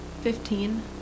Fifteen